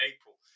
April